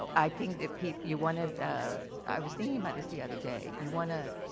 ah i think the people you wanted i was thinking about this the other day. you want to